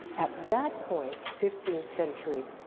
at that point, fifteenth century,